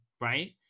right